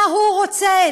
מה הוא רוצה,